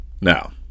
Now